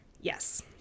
Yes